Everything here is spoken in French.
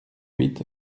huit